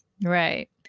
Right